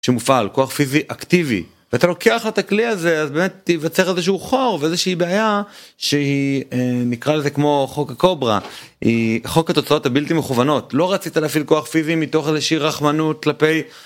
כשמופעל כוח פיזי אקטיבי ואתה לוקח את הכלי הזה, אז באמת יווצר איזשהו חור ואיזושהי בעיה שהיא נקרא לזה כמו חוק הקוברה היא חוק התוצאות הבלתי מכוונות לא רצית להפעיל כוח פיזי מתוך איזושהי רחמנות כלפי.